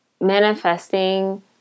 Manifesting